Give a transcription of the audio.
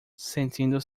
sentindo